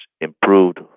improved